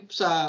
sa